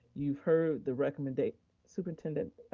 you've heard the recommenda, superintendent,